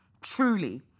truly